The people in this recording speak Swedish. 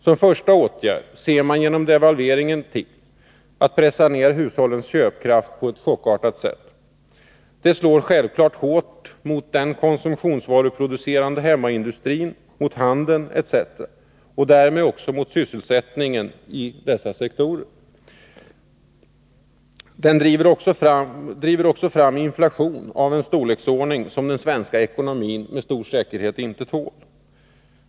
Som första åtgärd ser man genom devalveringen till att pressa ner hushållens köpkraft på ett chockartat sätt. Detta slår självfallet hårt mot den konsumtionsvaruproducerande hemmaindustrin, mot handeln etc., och därmed också mot sysselsättningen i dessa sektorer. Den driver också fram en inflation av en storleksordning som den svenska ekonomin med stor säkerhet inte tål.